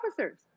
officers